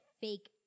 fake